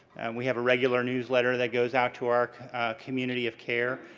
and we have a regular newsletter that goes out to our community of care.